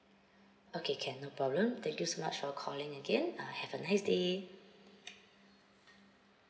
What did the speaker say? okay can no problem thank you so much for calling again uh have a nice day